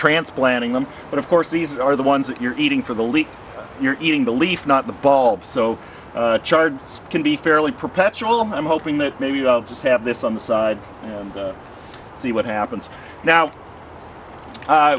transplanting them but of course these are the ones that you're eating for the leak you're eating the leaf not the bulb so chards can be fairly perpetual i'm hoping that maybe i'll just have this on the side and see what happens now